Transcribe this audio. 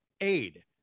aid